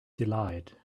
delight